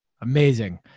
Amazing